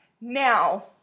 Now